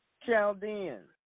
Chaldean